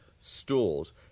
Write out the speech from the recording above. stools